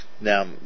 Now